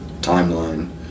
timeline